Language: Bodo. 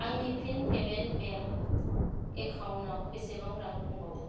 आंनि फिन पेमेन्टस बेंक एकाउन्टाव बेसेबां रां दंबावो